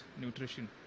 nutrition